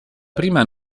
prima